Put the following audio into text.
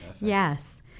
Yes